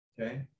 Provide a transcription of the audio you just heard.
Okay